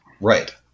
Right